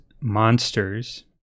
monsters